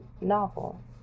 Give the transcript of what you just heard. novel